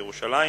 האוצר,